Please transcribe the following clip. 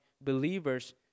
believers